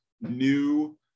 new